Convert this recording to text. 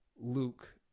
Luke